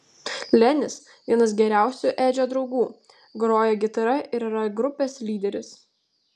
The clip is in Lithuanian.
lenis vienas geriausių edžio draugų groja gitara ir yra grupės lyderis